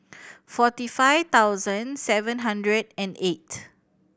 forty five thousand seven hundred and eight